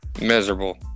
Miserable